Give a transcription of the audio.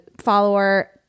follower